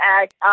Act